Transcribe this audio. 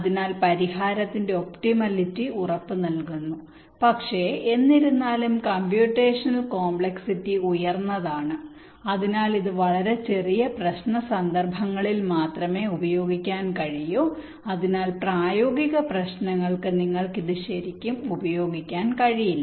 അതിനാൽ പരിഹാരത്തിന്റെ ഒപ്റ്റിമലിറ്റി ഉറപ്പുനൽകുന്നു പക്ഷേ എന്നിരുന്നാലും കംപ്യുറ്റേഷനൽ കോംപ്ലക്സിറ്റി ഉയർന്നതാണ് അതിനാൽ ഇത് വളരെ ചെറിയ പ്രശ്ന സന്ദർഭങ്ങളിൽ മാത്രമേ ഉപയോഗിക്കാൻ കഴിയൂ അതിനാൽ പ്രായോഗിക പ്രശ്നങ്ങൾക്ക് നിങ്ങൾക്ക് ഇത് ശരിക്കും ഉപയോഗിക്കാൻ കഴിയില്ല